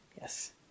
yes